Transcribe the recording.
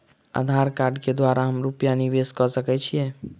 आधार कार्ड केँ द्वारा हम रूपया निवेश कऽ सकैत छीयै?